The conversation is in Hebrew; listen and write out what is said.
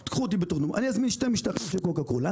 אני אזמין שני משטחים של קוקה-קולה